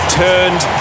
turned